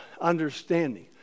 understanding